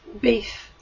beef